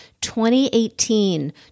2018